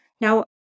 Now